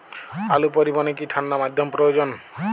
আলু পরিবহনে কি ঠাণ্ডা মাধ্যম প্রয়োজন?